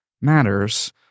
matters